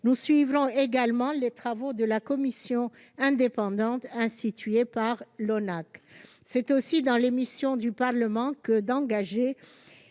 Nous suivrons également les travaux de la commission indépendante instituée par l'ONACVG. Il est aussi dans les missions du Parlement que d'engager